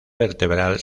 vertebral